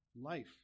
Life